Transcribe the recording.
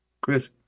Chris